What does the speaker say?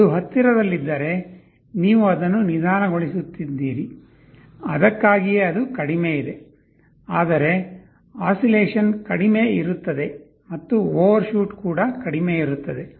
ಅದು ಹತ್ತಿರದಲ್ಲಿದ್ದರೆ ನೀವು ಅದನ್ನು ನಿಧಾನಗೊಳಿಸುತ್ತೀರಿ ಅದಕ್ಕಾಗಿಯೇ ಅದು ಕಡಿಮೆ ಇದೆ ಆದರೆ ಅಸ್ಸಿಲೇಷನ್ ಕಡಿಮೆ ಇರುತ್ತದೆ ಮತ್ತು ಓವರ್ಶೂಟ್ ಕೂಡ ಕಡಿಮೆ ಇರುತ್ತದೆ